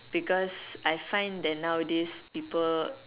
because I find that nowadays people